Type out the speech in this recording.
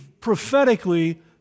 prophetically